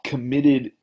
committed